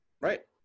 Right